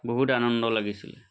বহুত আনন্দ লাগিছিলে